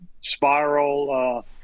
spiral